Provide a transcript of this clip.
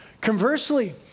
Conversely